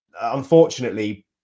unfortunately